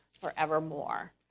forevermore